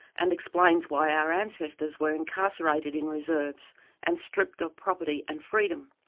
and explains why our ancestors were incarcerated in reserves and stripped of property and freedom.